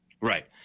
Right